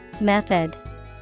Method